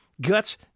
guts